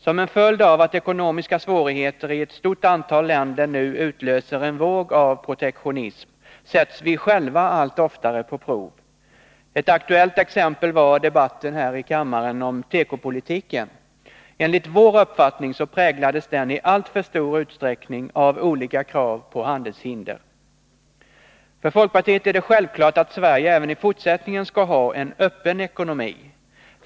Som en följd av att ekonomiska svårigheter i ett stort antal länder nu utlöser en våg av protektionism sätts vi själva allt oftare på prov. Ett aktuellt exempel var debatten här i kammaren om tekopolitiken. Enligt vår uppfattning präglades den i alltför stor utsträckning av olika krav på handelshinder. För folkpartiet är det självklart att Sverige även i fortsättningen skall ha en öppen ekonomi.